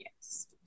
Yes